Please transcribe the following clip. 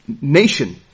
nation